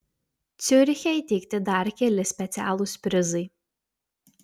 ciuriche įteikti dar keli specialūs prizai